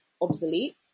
obsolete